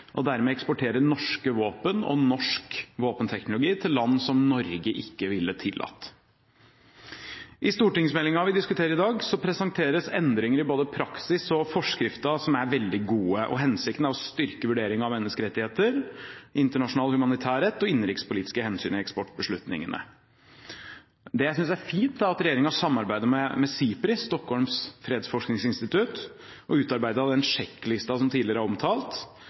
og dermed eksporterer norske våpen og norsk våpenteknologi til land som Norge ikke ville ha tillatt. I stortingsmeldingen vi diskuterer i dag, presenteres endringer i både praksis og forskrifter som er veldig gode. Hensikten er å styrke vurderingen av menneskerettigheter, internasjonal humanitærrett og innenrikspolitiske hensyn i eksportbeslutningene. Det jeg synes er fint, er at regjeringen samarbeider med SIPRI, Stockholms fredsforskningsinstitutt, og har utarbeidet den sjekklisten som tidligere er omtalt,